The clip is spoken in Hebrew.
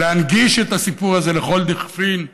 ולהנגיש את הסיפור הזה לכל דכפין,